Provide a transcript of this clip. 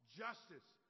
justice